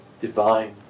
divine